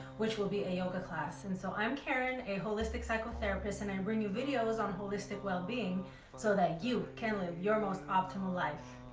which will be a yoga class. and so i'm karine, a holistic psychotherapist, and i bring you videos on holistic well-being so that you can live your most optimal life.